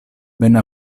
venne